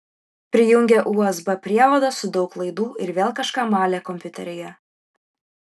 prijungė usb prievadą su daug laidų ir vėl kažką malė kompiuteryje